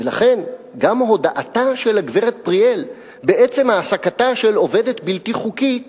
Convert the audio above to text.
ולכן גם הודאתה של הגברת פריאל בעצם העסקתה של עובדת בלתי חוקית